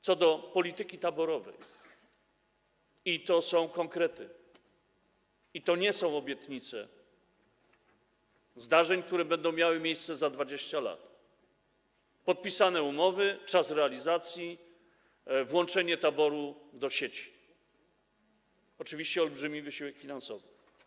Co do polityki taborowej - i to są konkrety, to nie są obietnice zdarzeń, które będą miały miejsce za 20 lat - podpisane umowy, czas realizacji, włączenie taboru do sieci i oczywiście olbrzymi wysiłek finansowy.